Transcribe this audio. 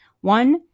One